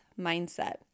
mindset